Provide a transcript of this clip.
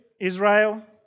Israel